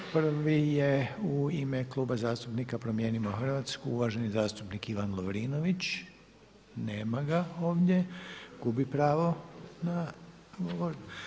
Prvi je u ime Kluba zastupnika Promijenimo Hrvatsku uvaženi zastupnik Ivan Lovrinović, nema ga ovdje, gubi pravo na ovo.